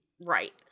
right